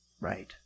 Right